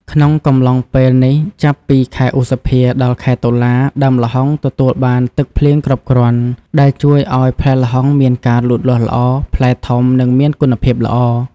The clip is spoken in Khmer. ក្នុងកំឡុងពេលនេះចាប់ពី ខែឧសភា ដល់ ខែតុលា ដើមល្ហុងទទួលបានទឹកភ្លៀងគ្រប់គ្រាន់ដែលជួយឱ្យផ្លែល្ហុងមានការលូតលាស់ល្អ ផ្លែធំ និងមានគុណភាពល្អ។